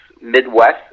Midwest